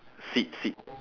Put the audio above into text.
seat seat